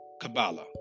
Kabbalah